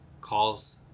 calls